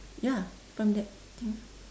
ya from that thing